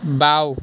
বাওঁ